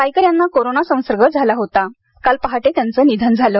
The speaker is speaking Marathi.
रायकर यांना कोरोना संसर्ग झाला होता काल पहाटे त्यांचं निधन झालं